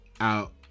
out